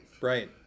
Right